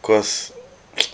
cause